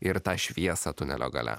ir tą šviesą tunelio gale